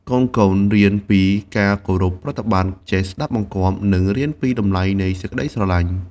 កូនៗរៀនពីការគោរពប្រតិបត្តិ ចេះស្តាប់បង្គាប់ និងរៀនពីតម្លៃនៃសេចក្តីស្រឡាញ់។